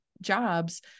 jobs